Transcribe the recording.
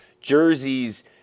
jerseys